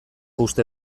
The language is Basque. uste